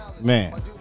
Man